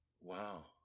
Wow